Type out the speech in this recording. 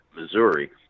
Missouri